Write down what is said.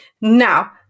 Now